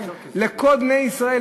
לכל בני ישראל,